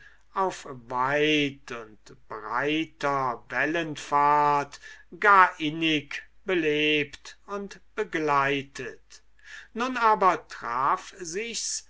auf weit und breiter wellenfahrt gar innig belebt und begleitet nun aber traf sich's